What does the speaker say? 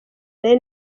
nari